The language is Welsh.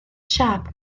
siâp